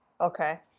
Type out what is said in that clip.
Okay